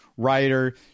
writer